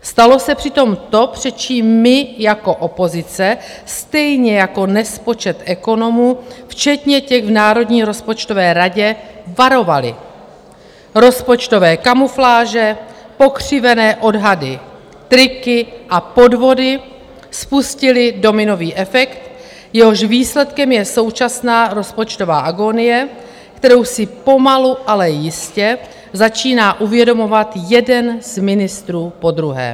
Stalo se přitom to, před čím my jako opozice, stejně jako nespočet ekonomů včetně těch v Národní rozpočtové radě, varovali: Rozpočtové kamufláže, pokřivené odhady, triky a podvody spustily dominový efekt, jehož výsledkem je současná rozpočtová agonie, kterou si pomalu, ale jistě začíná uvědomovat jeden z ministrů po druhém.